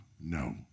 no